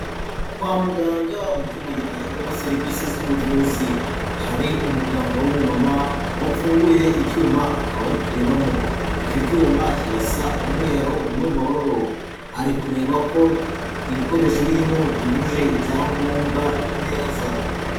Kwa muganga mu cyumba gitangirwamo serivise z'ubuvuzi. Hari umuganga w'umumama wapfunduye icyuma akaba ari kurebamo. Icyo cyuma kirasa umweru n'ubururu, ari kureba ko ibikoresho birimo byujuje ibyangombwa neza.